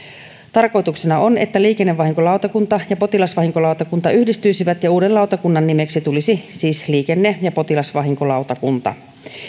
tarkoituksena on että liikennevahinkolautakunta ja potilasvahinkolautakunta yhdistyisivät ja uuden lautakunnan nimeksi tulisi siis liikenne ja potilasvahinkolautakunta